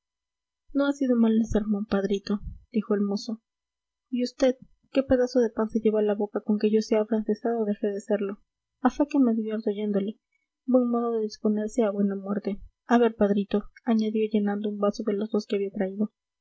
no ha sido malo el sermón padrito dijo el mozo y vd qué pedazo de pan se lleva a la boca con que yo sea afrancesado o deje de serlo a fe que me divierto oyéndole buen modo de disponerse a una buena muerte a ver padrito añadió llenando un vaso de los dos que había traído